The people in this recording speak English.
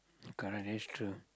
correct that is true